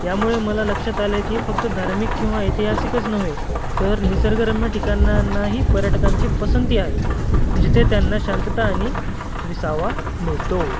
यामुळे मला लक्षात आलं आहे की फक्त धार्मिक किंवा ऐतिहासिकच नव्हे तर निसर्गरम्य ठिकाणांनाही पर्यटकांची पसंती आहे जिथे त्यांना शांतता आणि विसावा मिळतो